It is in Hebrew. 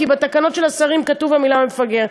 כי בתקנות של השרים כתובה המילה מפגר.